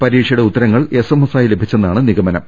പരീക്ഷയുടെ ഉത്തരങ്ങൾ S MS ആയി ലഭിച്ചെന്നാണ് നിഗമനം